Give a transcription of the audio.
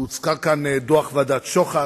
הוזכר כאן דוח ועדת-שוחט.